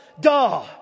Duh